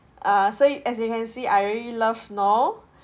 uh so as you can see I really love snow